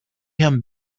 him